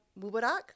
Mubarak